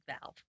valve